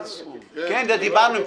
כן, דיברנו על זה.